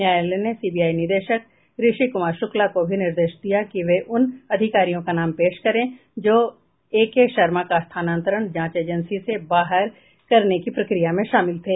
न्यायालय ने सीबीआई निदेशक ऋषि कुमार शुक्ला को भी निर्देश दिया कि वे उन अधिकारियों का नाम पेश करें जो ए के शर्मा का स्थानांतरण जांच एजेंसी से बाहर करने की प्रक्रिया में शामिल थे